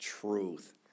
truth